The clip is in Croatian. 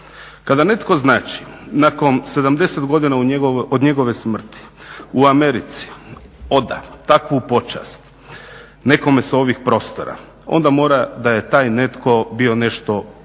Kada netko znači nakon 70 godina od njegove smrti u Americi oda takvu počast nekome sa ovih prostora onda mora da je taj netko bio nešto posebno